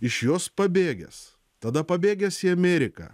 iš jos pabėgęs tada pabėgęs į ameriką